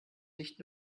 nicht